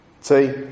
See